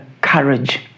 courage